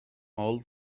all